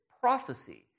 prophecy